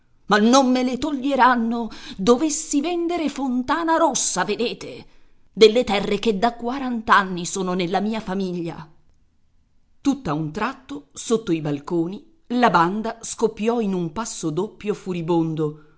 ma non me le toglieranno dovessi vendere fontanarossa vedete delle terre che da quarant'anni sono nella mia famiglia tutt'a un tratto sotto i balconi la banda scoppiò in un passodoppio furibondo